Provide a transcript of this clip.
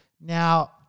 now